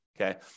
okay